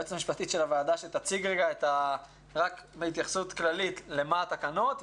היועצת המשפטית של הוועדה שתציג בהתייחסות כללית את התקנות.